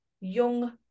young